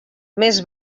més